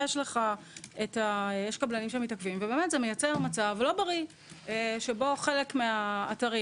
יש קבלנים שמתעכבים וזה מייצר מצב לא בריא שבו חלק מהאתרים